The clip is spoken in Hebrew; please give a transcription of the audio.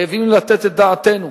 אנחנו חייבים לתת את דעתנו,